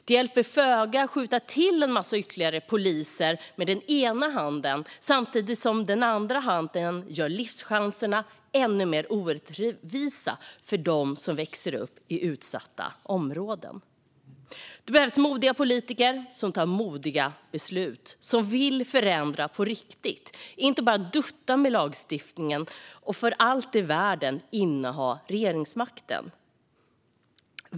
Det hjälper föga att skjuta till en massa ytterligare poliser med den ena handen samtidigt som man med den andra handen gör livschanserna ännu mer orättvisa för dem som växer upp i utsatta områden. Det behövs modiga politiker som tar modiga beslut och vill förändra på riktigt, inte bara dutta med lagstiftningen, och som inte för allt i världen vill inneha regeringsmakten.